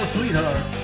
Sweetheart